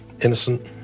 innocent